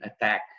attack